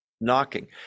knocking